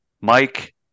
Mike